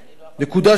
נקודה שנייה,